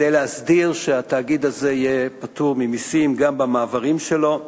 כדי להסדיר שהתאגיד הזה יהיה פטור ממסים גם במעברים שלו,